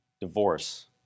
Divorce